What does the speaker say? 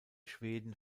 schweden